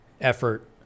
effort